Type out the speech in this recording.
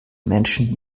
menschen